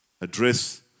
address